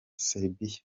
serbia